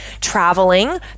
traveling